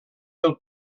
del